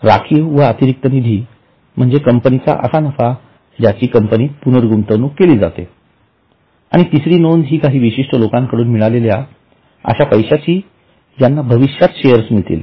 राखीव व अतिरिक्त निधी म्हणजे कंपनी चा असा नफा ज्याची कंपनीत पुनर्गुंतवणूक केली आणि तिसरी नोंद हि काही विशिष्ठ लोकांकडून मिळालेल्या अश्या पैश्याची ज्यांना भविष्यात शेअर्स मिळतील